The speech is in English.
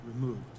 removed